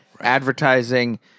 advertising